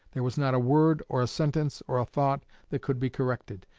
there was not a word or a sentence or a thought that could be corrected.